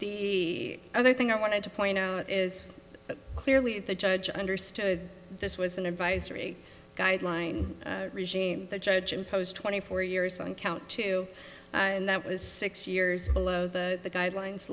the other thing i wanted to point out is that clearly the judge understood this was an advisory guideline regime the judge imposed twenty four years on count two and that was six years below the guidelines